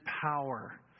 power